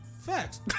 facts